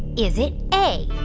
is it a,